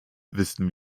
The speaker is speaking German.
wissen